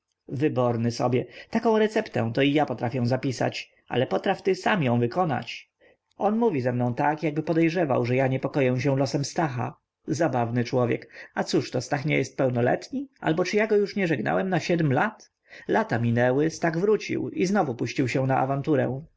wyborny sobie taką receptę to i ja potrafię zapisać ale potraf ty ją sam wykonać on mówi ze mną tak jakby podejrzywał że ja niepokoję się losem stacha zabawny człowiek a cóżto stach nie jest pełnoletni albo czy ja go już nie żegnałem na siedm lat lata minęły stach wrócił i znowu puścił się na awanturę